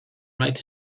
right